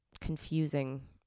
confusing